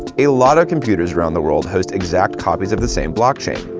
a lot of computers around the world host exact copies of the same block chain.